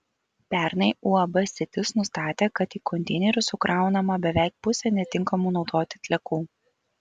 pernai uab sitis nustatė kad į konteinerius sukraunama beveik pusė netinkamų naudoti atliekų